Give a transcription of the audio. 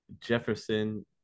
Jefferson